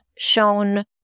shown